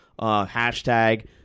hashtag